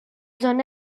zona